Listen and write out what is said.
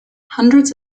hundreds